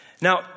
Now